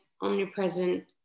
omnipresent